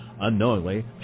Unknowingly